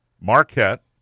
Marquette